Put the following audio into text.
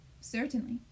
Certainly